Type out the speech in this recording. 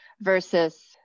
versus